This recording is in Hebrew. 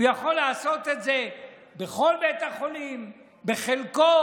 הוא יכול לעשות את זה בכל בית החולים, בחלקו.